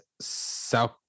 South